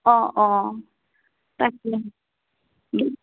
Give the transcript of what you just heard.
অঁ অঁ তাকে